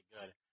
good